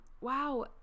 wow